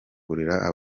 kugira